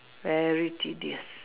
very tedious